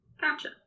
Gotcha